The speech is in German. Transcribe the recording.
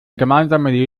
gemeinsame